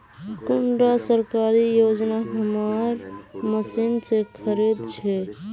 कुंडा सरकारी योजना हमार मशीन से खरीद छै?